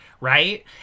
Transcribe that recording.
right